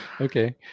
Okay